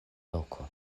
loko